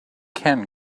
ken